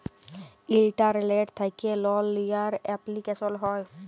ইলটারলেট্ থ্যাকে লল লিয়ার এপলিকেশল হ্যয়